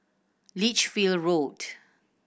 Lichfield Road